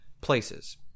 places